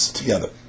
together